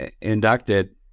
inducted